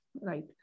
right